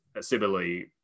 similarly